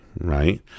right